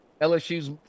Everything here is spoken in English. LSU's